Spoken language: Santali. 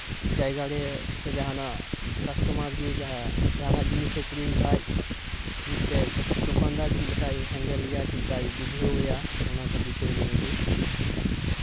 ᱡᱟᱭᱜᱟᱨᱮ ᱥᱮ ᱡᱟᱦᱟᱱᱟᱜ ᱠᱟᱥᱴᱚᱢᱟᱨ ᱜᱮ ᱡᱟᱦᱟᱸ ᱡᱟᱦᱟᱱᱟᱜ ᱡᱤᱱᱤᱥᱮ ᱠᱤᱨᱤᱧ ᱠᱷᱟᱱ ᱢᱤᱫᱴᱮᱱ ᱫᱚᱠᱟᱱᱫᱟᱨ ᱪᱮᱫᱞᱮᱠᱟᱭ ᱦᱮᱱᱰᱮᱞᱮᱭᱟ ᱪᱮᱫ ᱞᱮᱠᱟᱭ ᱵᱩᱡᱷᱟᱹᱣᱟᱭᱟ ᱚᱱᱟᱠᱚ ᱵᱤᱥᱚᱭ ᱱᱤᱭᱮᱜᱮ